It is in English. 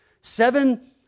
seven